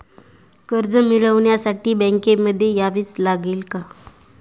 कर्ज मिळवण्यासाठी बँकेमध्ये यावेच लागेल का?